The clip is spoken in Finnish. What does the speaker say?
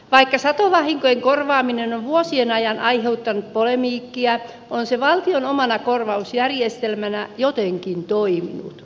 vaikka satovahinkojen korvaaminen on vuosien ajan aiheuttanut polemiikkia on se valtion omana korvausjärjestelmänä jotenkin toiminut